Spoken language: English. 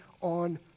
on